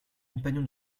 compagnon